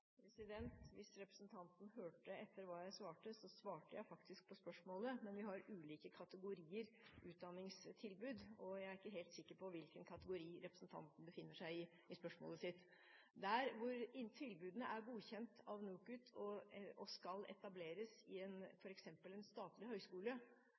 Hvis representanten hørte etter hva jeg svarte, så svarte jeg faktisk på spørsmålet. Vi har ulike kategorier utdanningstilbud, og jeg er ikke helt sikker på hvilken kategori representanten befinner seg i i spørsmålet sitt. Der hvor tilbudene er godkjent av NOKUT og skal etableres, f.eks. i en